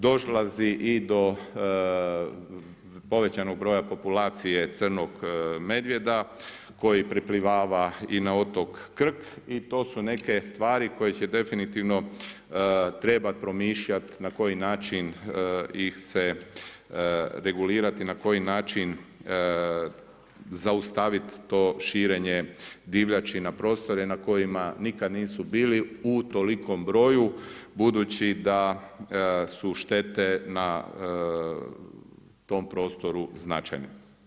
Dolazi i do povećanog broja populacije crnog medvjeda koji preplivava i na otok Krk i to su neke stvari koje će definitivno trebat promišljat na koji način ih se regulirati, na koji način zaustavit to širenje divljači na prostore na kojima nikad nisu bili u tolikom broju, budući da su štete na tom prostoru značajne.